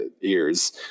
ears